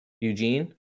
Eugene